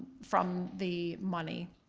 from the money.